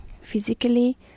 physically